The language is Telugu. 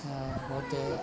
పోతే